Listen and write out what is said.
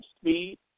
speed